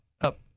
up